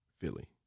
Philly